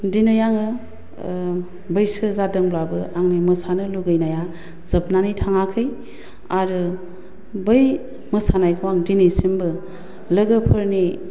दिनै आङो बैसो जादोंब्लाबो आंनि मोसानो लुगैनाया जोबनानै थाङाखै आरो बै मोसानायखौ आं दिनैसिमबो लोगोफोरनि